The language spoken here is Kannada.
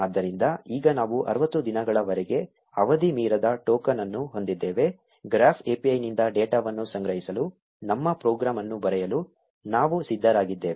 ಆದ್ದರಿಂದ ಈಗ ನಾವು 60 ದಿನಗಳವರೆಗೆ ಅವಧಿ ಮೀರದ ಟೋಕನ್ ಅನ್ನು ಹೊಂದಿದ್ದೇವೆ ಗ್ರಾಫ್ API ನಿಂದ ಡೇಟಾವನ್ನು ಸಂಗ್ರಹಿಸಲು ನಮ್ಮ ಪ್ರೋಗ್ರಾಂ ಅನ್ನು ಬರೆಯಲು ನಾವು ಸಿದ್ಧರಾಗಿದ್ದೇವೆ